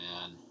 man